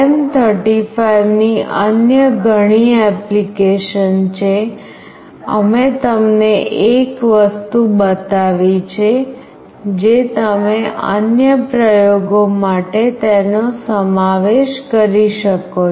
LM35 ની અન્ય ઘણી એપ્લિકેશન છે અમે તમને એક વસ્તુ બતાવી છે જે તમે અન્ય પ્રયોગો માટે તેનો સમાવેશ કરી શકો છો